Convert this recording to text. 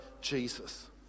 Jesus